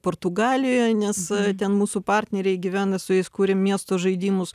portugalijoje nes ten mūsų partneriai gyvena su jais kuria miesto žaidimus